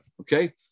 Okay